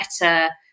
better